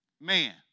man